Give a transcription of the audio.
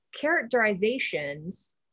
characterizations